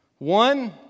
One